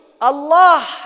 Allah